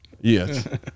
yes